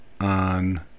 on